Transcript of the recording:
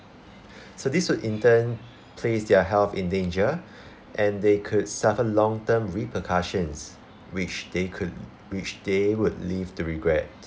so this would in turn place their health in danger and they could suffer long term repercussions which they could which they would live to regret